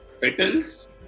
petals